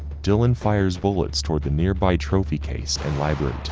dylan fires bullets towards the nearby trophy case and library to.